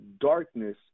darkness